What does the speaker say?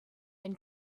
and